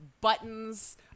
buttons